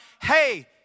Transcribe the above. hey